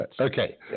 Okay